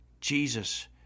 Jesus